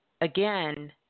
again